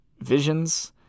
visions